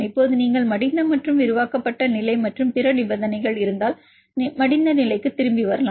இப்போது நீங்கள் மடிந்த மற்றும் விரிவாக்கப்பட்ட நிலை மற்றும் பிற நிபந்தனைகள் இருந்தால் நீங்கள் மடிந்த நிலைக்கு திரும்பி வரலாம்